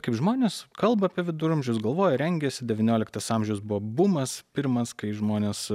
kaip žmonės kalba apie viduramžius galvoja rengiasi devynioliktas amžius buvo bumas pirmas kai žmonės